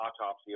autopsy